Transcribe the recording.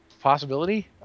possibility